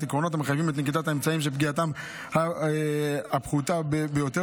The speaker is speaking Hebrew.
עקרונות המחייבים את נקיטת האמצעים שפגיעתם הפחותה ביותר